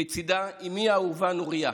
ולצידה אימי האהובה נוריה,